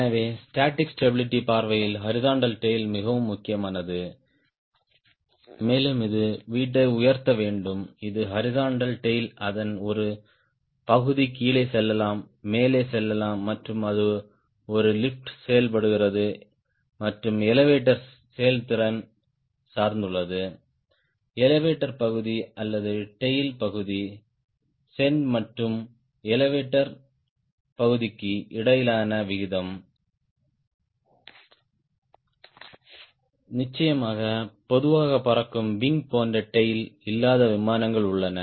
எனவே static stability பார்வையில் horizontal tail மிகவும் முக்கியமானது மேலும் இது வீட்டை உயர்த்த வேண்டும் இது ஹாரிஸ்ன்ட்டல் டேய்ல் அதன் ஒரு பகுதி கீழே செல்லலாம் மேலே செல்லலாம் மற்றும் அது ஒரு லிஃப்ட் செயல்படுகிறது மற்றும் எலெவடோர் செயல்திறன் சார்ந்துள்ளது எலெவடோர் பகுதி அல்லது டேய்ல் பகுதி செயின்ட் மற்றும் எலெவடோர் பகுதிக்கு இடையிலான விகிதம் நிச்சயமாக பொதுவாக பறக்கும் விங் போன்ற டேய்ல் இல்லாத விமானங்கள் உள்ளன